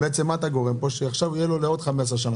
אתה גורם כאן שעכשיו יהיה לו לעוד 15 שנים.